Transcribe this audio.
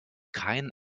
kein